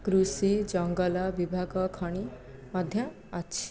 କୃଷି ଜଙ୍ଗଲ ବିଭାଗ ଖଣି ମଧ୍ୟ ଅଛି